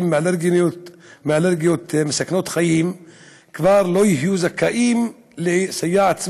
מאלרגיות מסכנות חיים כבר לא יהיו זכאים לסייעת צמודה,